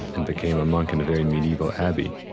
and became a monk in a very medieval abbey.